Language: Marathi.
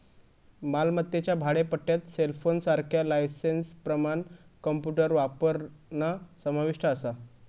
मालमत्तेच्या भाडेपट्ट्यात सेलफोनसारख्या लायसेंसप्रमाण कॉम्प्युटर वापरणा समाविष्ट असा